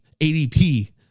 ADP